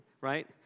right